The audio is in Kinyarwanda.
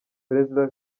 perezida